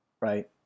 Right